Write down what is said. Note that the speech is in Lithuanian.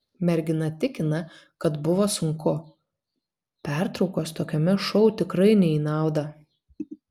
mergina tikina kad buvo sunku pertraukos tokiame šou tikrai ne į naudą